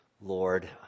Lord